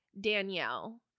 danielle